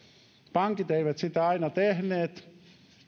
pankit eivät sitä aina tehneet